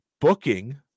booking